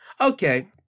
Okay